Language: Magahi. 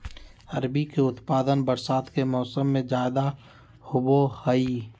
अरबी के उत्पादन बरसात के मौसम में ज्यादा होबा हई